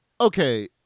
Okay